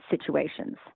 situations